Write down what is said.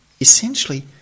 essentially